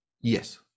Yes